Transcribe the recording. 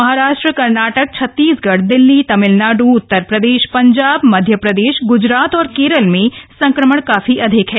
महाराष्ट्र कर्नाटक छत्तीसगढ दिल्ली तमिलनाड उत्तर प्रदेश पंजाब मध्य प्रदेश गुजरात और केरल में संक्रमण काफी अधिक है